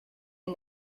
and